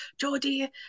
Geordie